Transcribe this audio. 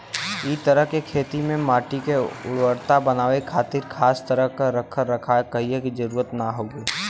इ तरह के खेती में माटी के उर्वरता बनावे खातिर खास तरह के रख रखाव कईला के जरुरत ना हवे